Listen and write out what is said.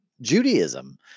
Judaism